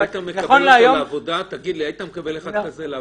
היית מקבל אחד כזה לעבודה?